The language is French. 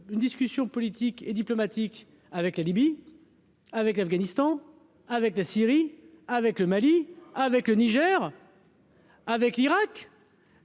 des discussions politiques et diplomatiques avec la Libye, avec l’Afghanistan, avec la Syrie, avec le Mali, avec le Niger, avec l’Irak !